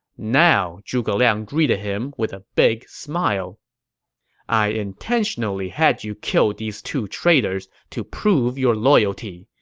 now, zhuge liang greeted him with a big smile i intentionally had you kill these two traitors to prove your loyalty,